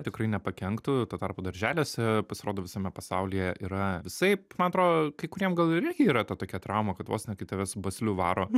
tikrai nepakenktų tuo tarpu darželiuose pasirodo visame pasaulyje yra visaip man atrodo kai kuriem gal ir irgi yra ta tokia trauma kad vos ne kai tave su basliu varo